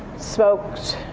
smoked,